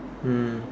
mm